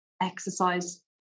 exercise